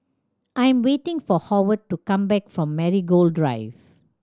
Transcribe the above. I am waiting for Howard to come back from Marigold Drive